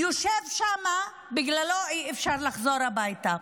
יושב שם, בגללו אי-אפשר לחזור הביתה.